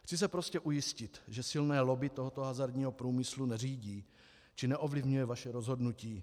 Chci se prostě ujistit, že silné lobby tohoto hazardního průmyslu neřídí či neovlivňuje vaše rozhodnutí.